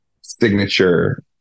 signature